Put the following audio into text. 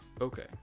okay